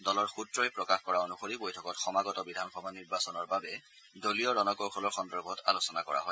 দলৰ সূত্ৰই প্ৰকাশ কৰা অনুসৰি বৈঠকত সমাগত বিধানসভা নিৰ্বাচনৰ বাবে দলীয় ৰণকৌশলৰ সন্দৰ্ভত আলোচনা কৰা হয়